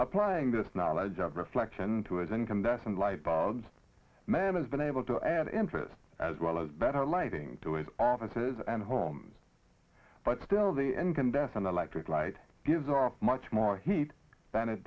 applying this knowledge of reflection to his incandescent light bulbs man has been able to add interest as well as better lighting to his offices and homes but still the incandescent electric light gives our much more heat than it